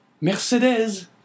Mercedes